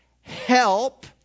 help